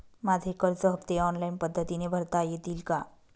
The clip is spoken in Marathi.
माझे कर्ज हफ्ते ऑनलाईन पद्धतीने भरता येतील का?